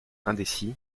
indécis